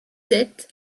sept